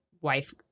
wife